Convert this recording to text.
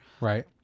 right